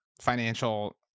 financial